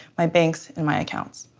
my banks, and my accounts.